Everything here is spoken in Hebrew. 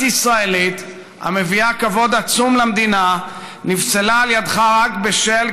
ישראלית המביאה כבוד עצום למדינה נפסלה על ידך רק בשל,